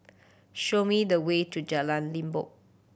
show me the way to Jalan Limbok